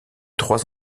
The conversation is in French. trois